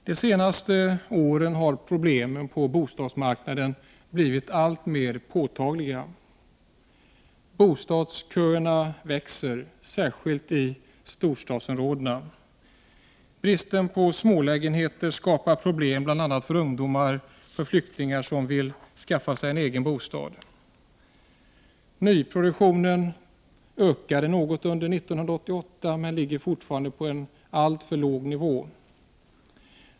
De senaste åren har problemen på bostadsmarknaden blivit alltmer påtagliga: - Bostadsköerna växer, särskilt i storstadsområdena. = Bristen på smålägenheter skapar problem bl.a. för ungdomar och för flyktingar som vill skaffa sig en egen bostad. = Nyproduktionen ökade något under 1988 men ligger fortfarande på en alltför låg nivå.